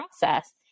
process